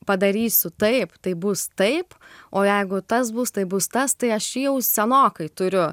padarysiu taip tai bus taip o jeigu tas bus tai bus tas tai aš jį jau senokai turiu